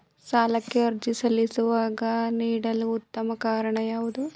ಸಾಲಕ್ಕೆ ಅರ್ಜಿ ಸಲ್ಲಿಸುವಾಗ ನೀಡಲು ಉತ್ತಮ ಕಾರಣ ಯಾವುದು?